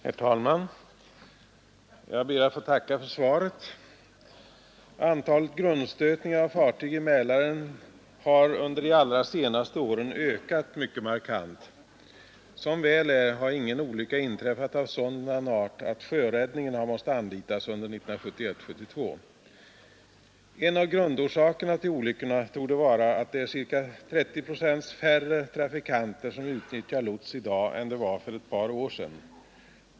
Herr talman! Jag ber att få tacka för svaret. Antalet grundstötningar av fartyg i Mälaren har under de allra senaste åren ökat mycket markant. Som väl är har ingen olycka inträffat av sådan art att sjöräddningen har måst anlitas under 1971—1972. En av grundorsakerna till olyckorna torde vara att det är ca 30 procent färre trafikanter som utnyttjar lots i dag än det var för ett par år sedan.